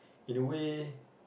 in a way